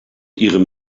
ihrem